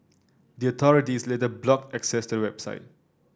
the authorities later blocked access to website